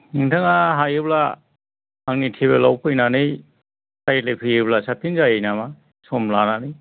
नोंथाङा हायोब्ला आंनि थेबोल आव फैनानै रायज्लायफैयोब्ला साबसिन जायो नामा सम लानानै